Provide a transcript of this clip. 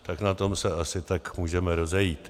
Tak na tom se asi tak můžeme rozejít.